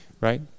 right